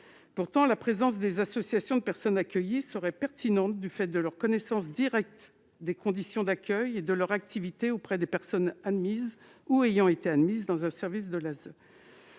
? La présence de ces associations serait pertinente du fait de leur connaissance directe des conditions d'accueil et de leur activité auprès des personnes admises ou ayant été admises dans un service de l'ASE.